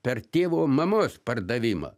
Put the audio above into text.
per tėvo mamos pardavimą